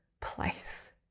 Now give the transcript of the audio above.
place